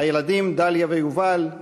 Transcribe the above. הילדים דליה ויובל,